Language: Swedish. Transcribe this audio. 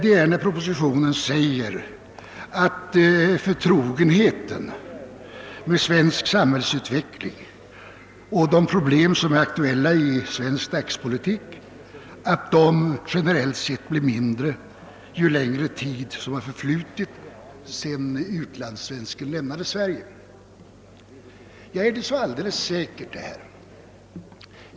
I propositionen står det att »förtrogenheten med svensk sambhällsutveckling och med de problem som är aktuella i den svenska dagspolitiken generellt sett blir mindre ju längre tid som har förflutit från det utlandssvensken lämnade Sverige». är det så alldeles säkert?